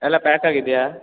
ಎಲ್ಲ ಪ್ಯಾಕ್ ಆಗಿದೆಯ